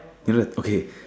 you look okay